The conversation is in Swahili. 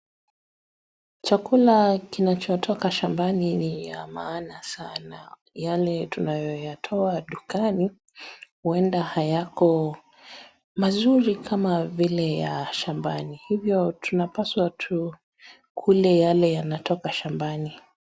Chakula kinachotoka shambani ni ya maana sana, yale tunayoyatoa dukani, huenda hayako mazuri kama vile ya shambani hivyo tunapasawa tukule yale yanatoka shambani.